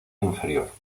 inferior